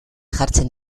jartzen